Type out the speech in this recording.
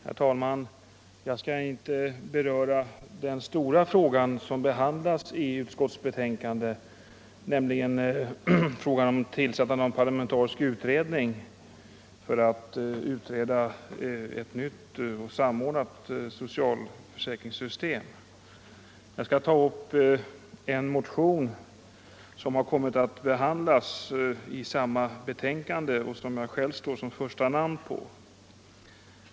Herr talman! Jag skall inte beröra den stora frågan som behandlas i utskottsbetänkandet, nämligen frågan om tillsättande av en parlamentarisk utredning som skulle behandla spörsmålet om ett nytt samordnat socialförsäkringssystem. Jag skall i stället ta upp en motion som kommit att behandlas i detta betänkande och som jag själv står som första namn på.